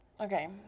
Okay